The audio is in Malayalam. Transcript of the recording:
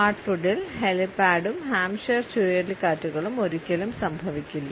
ഹാർട്ട് ഫുഡിൽ ഹെലിപാഡും ഹാംപ്ഷയർ ചുഴലിക്കാറ്റുകളും ഒരിക്കലും സംഭവിക്കില്ല